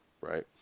right